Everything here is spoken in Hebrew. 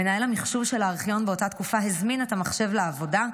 מנהל המחשוב של הארכיון באותה תקופה הזמין את המחשב לעבודה,